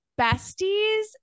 besties